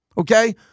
Okay